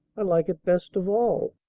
i like it best of all.